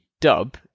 dub